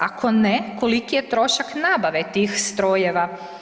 Ako ne, koliki je trošak nabave tih strojeva?